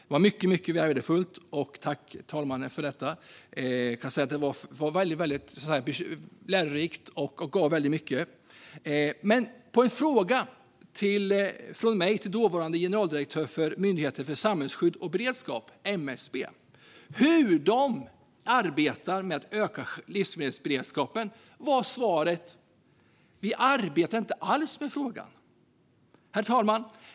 Det var mycket värdefullt, lärorikt och gav väldigt mycket, och jag vill tacka talmannen för detta. På en fråga från mig till den dåvarande generaldirektören för Myndigheten för samhällsskydd och beredskap, MSB, om hur de arbetar med att öka livsmedelsberedskapen var svaret att de inte alls arbetade med frågan.